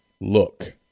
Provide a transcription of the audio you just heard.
look